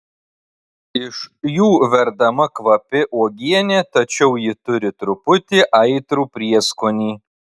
iš jų verdama kvapi uogienė tačiau ji turi truputį aitrų prieskonį